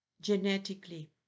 genetically